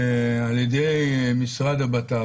על ידי שר הבט"פ.